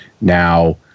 Now